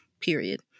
period